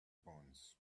bonds